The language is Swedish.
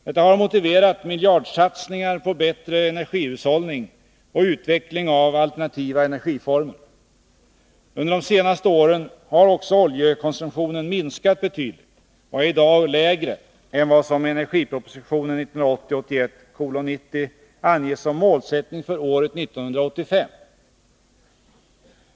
Detta har motiverat miljardsatsningar på bättre energihushållning och utveckling av alternativa energiformer. Under de senaste åren har också oljekonsumtionen minskat betydligt och är i dag lägre än vad som i energipropositionen 1980/81:90 anges som målsättning för 1985.